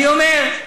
אני אומר: